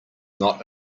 not